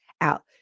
out